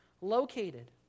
located